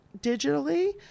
digitally